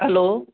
hello